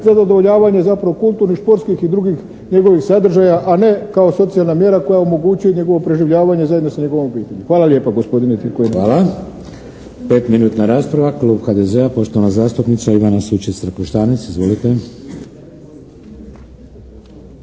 za zadovoljavanje zapravo kulturnih, športskih i drugih njegovih sadržaja, a ne kao socijalna mjera koja omogućuje njegovo preživljavanje zajedno sa njegovom obitelji. Hvala lijepa gospodine Crkvenac. **Šeks, Vladimir (HDZ)** Hvala. Petminutna rasprava, klub HDZ-a, poštovana zastupnica Ivana Sučec-Trakoštanec. Izvolite.